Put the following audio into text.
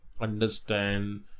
understand